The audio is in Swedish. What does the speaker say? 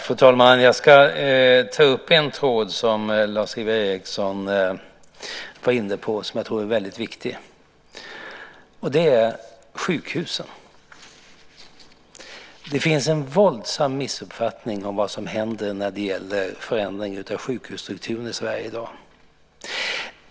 Fru talman! Jag ska ta upp en tråd som Lars-Ivar Ericson var inne på och som jag tror är väldigt viktig, och det handlar om sjukhusen. Det finns en våldsam missuppfattning om vad som händer när det gäller förändringen av sjukhusstrukturen i Sverige i dag.